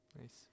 Nice